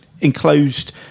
enclosed